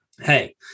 hey